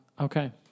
Okay